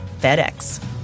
FedEx